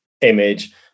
image